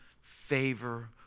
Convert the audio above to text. favor